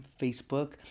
Facebook